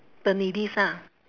the needys ah